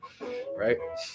right